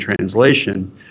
translation